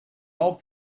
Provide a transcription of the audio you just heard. old